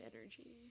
energy